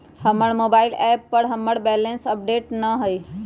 हमर mobile app पर हमर बैलेंस अपडेट न हई